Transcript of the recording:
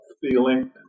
feeling